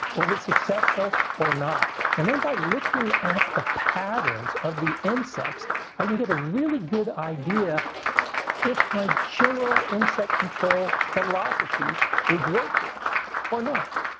was it successful or not? and then by looking at the patterns of the insects i can get a really good idea if my general insect control philosophy is working or not.